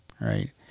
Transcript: right